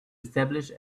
establish